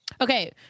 okay